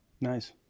Nice